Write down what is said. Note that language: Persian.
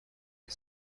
بعد